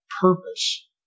purpose